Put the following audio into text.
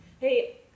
Hey